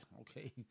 Okay